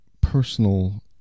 personal